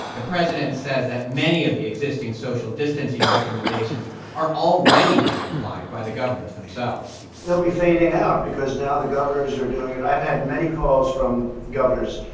the president says that many of the existing social distancing recommendations are already being applied by the governors themselves they'll be fading out because now the governors are doing it. i've had many calls from governors.